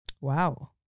Wow